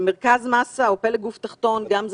מרכז מאסה או פלג גוף תחתון" גם זה